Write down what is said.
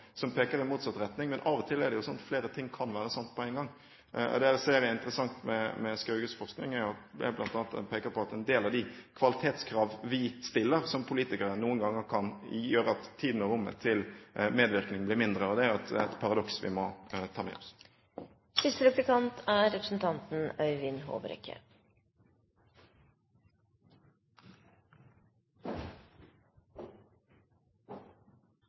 som peker i motsatt retning. Men av og til er det jo sånn at flere ting kan være sant på en gang. Det jeg ser som interessant med Skauges forskning, er at hun bl.a. peker på at en del av de kvalitetskrav vi som politikere stiller, noen ganger kan gjøre at tiden til og rommet for medvirkning blir mindre. Det er et paradoks vi må ta med oss. Kristelig Folkeparti har foreslått en opptrappingsplan for full barnevernsdekning. Det innebærer bl.a. full dekning av tilsynsførere, som er